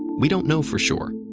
we don't know for sure.